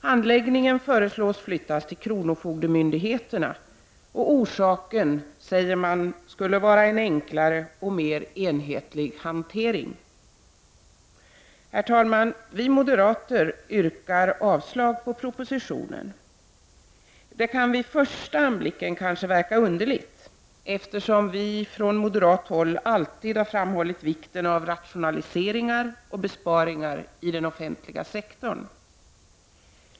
Handläggningen föreslås flyttas till kronofogdemyndigheterna — orsaken skulle vara en enklare och mer enhetlig hantering. Herr talman! Vi moderater yrkar avslag på propositonen. Det kan vid första anblicken kanske verka underligt, eftersom vi från moderat håll alltid framhållit vikten av rationaliseringar och besparingar i den offentliga sektorn.